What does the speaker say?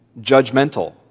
judgmental